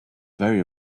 very